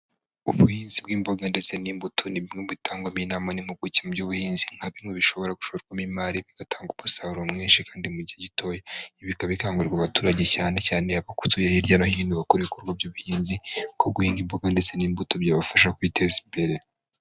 Ubuhinzi bw'imboga ndetse n'imbuto ni bimwe mu bitangwamo inama n'impuguke mu by'ubuhinzi. Nka bimwe bishobora gushorwamo imari bigatanga umusaruro mwinshi kandi mu gihe gitoya. Ibi bikaba bikangurirwa abaturage cyane cyane abakutuye hirya no hino bakora ibikorwa by'ubuhinzi, nko guhinga imboga ndetse n'imbuto byabafasha kwiteza imbere.